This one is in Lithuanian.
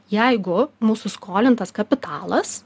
jeigu mūsų skolintas kapitalas